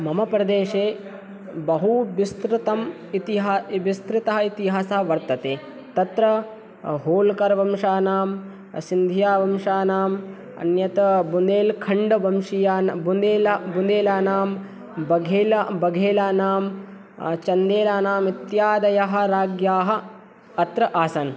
मम प्रदेशे बहुबिस्तृतम् इतिहा विस्तृतः इतिहासः वर्तते तत्र होल्कर् वंशानां सिन्धियावंशानां अन्यत् बुन्देलखण्ड् वंशीयान् बुन्देला बुन्देलानां बघेला बघेलानां चन्देराणाम् इत्यादयः राज्ञाः अत्र आसन्